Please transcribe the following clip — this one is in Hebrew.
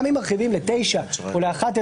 גם אם מרחיבים ל-9 או ל-11,